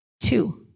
Two